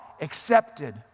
accepted